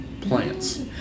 plants